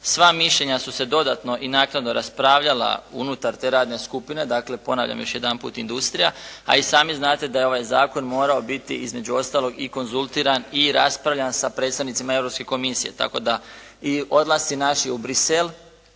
Sva mišljenja su se dodatno i naknadno raspravljala unutar te radne skupine. Dakle ponavljam još jedanput industrija. A i sami znate da je ovaj zakon morao biti između ostalog i konzultiran i raspravljan sa predstavnicima Europske komisije tako da i odlasci naši u Bruxelles